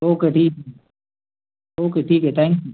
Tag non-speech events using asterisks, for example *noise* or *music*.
okay ठीक आहे *unintelligible* okay ठीक आहे थँक्यू